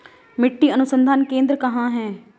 मिट्टी अनुसंधान केंद्र कहाँ है?